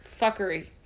fuckery